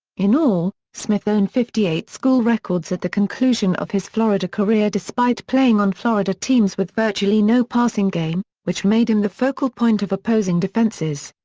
in all, smith owned fifty eight school records at the conclusion of his florida career despite playing on florida teams with virtually no passing game, which made him the focal point of opposing defenses.